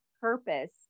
purpose